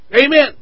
Amen